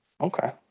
Okay